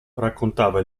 raccontava